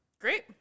Great